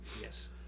Yes